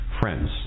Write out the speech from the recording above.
Friends